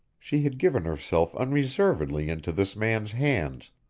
she had given herself unreservedly into this man's hands,